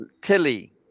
Tilly